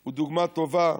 הוא דוגמה טובה,